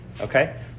Okay